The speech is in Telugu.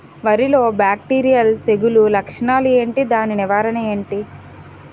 వరి లో బ్యాక్టీరియల్ తెగులు లక్షణాలు ఏంటి? దాని నివారణ ఏంటి?